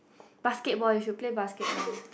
basketball we should play basketball